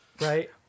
right